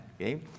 okay